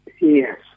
Yes